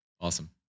Awesome